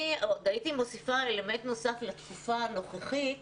הייתי מוסיפה עוד אלמנט נוסף לתקופה הנוכחית,